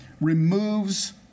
removes